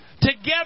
together